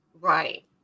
Right